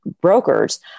brokers